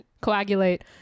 coagulate